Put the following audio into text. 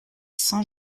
saint